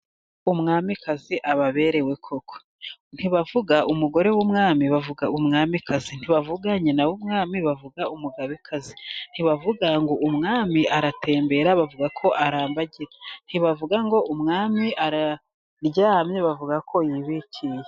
Umwamikazi aba aberewe koko. Ntibavuga umugore w'umwami bavuga umwamikazi, ntibavuga nyina w'umwami bavuga umugabekazi, ntibavuga ngo umwami aratembera bavuga ko arambagira, ntibavuga ngo umwami araryamye bavuga ko yibikiye.